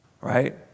right